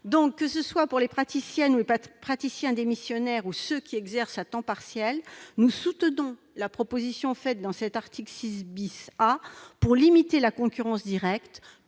Que ce soit pour les praticiennes et praticiens démissionnaires ou pour ceux qui exercent à temps partiel, nous soutenons la proposition faite dans cet article 6 A pour limiter la concurrence directe,